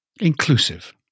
Inclusive